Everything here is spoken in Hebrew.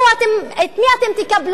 את מי אתם תקבלו?